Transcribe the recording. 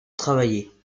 travailler